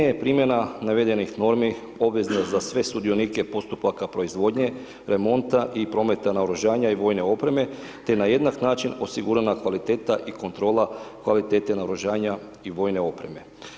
je primjena navedenih normi obvezna za sve sudionike postupaka proizvodnje, remonta i prometa naoružanja i vojne opreme te na jednak način osigurana kvaliteta i kontrola kvalitete naoružanja i vojne opreme.